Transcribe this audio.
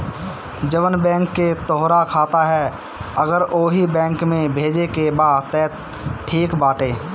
जवना बैंक के तोहार खाता ह अगर ओही बैंक में भेजे के बा तब त ठीक बाटे